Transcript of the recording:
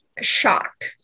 shock